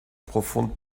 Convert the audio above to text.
profonde